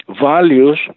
values